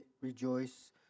rejoice